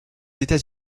états